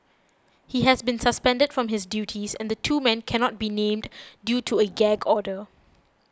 he has been suspended from his duties and the two men cannot be named due to a gag order